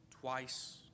twice